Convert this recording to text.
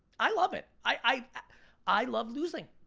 i love it. i i love losing.